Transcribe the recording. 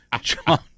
John